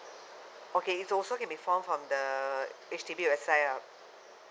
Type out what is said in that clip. okay it's also can be found from the H_D_B website lah